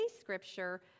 scripture